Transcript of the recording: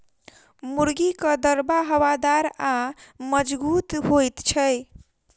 मुर्गीक दरबा हवादार आ मजगूत होइत छै